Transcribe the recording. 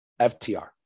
FTR